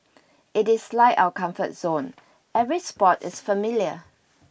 it is like our comfort zone every spot is familiar